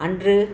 அன்று